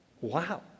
Wow